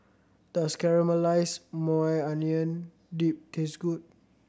does Caramelized Maui Onion Dip taste good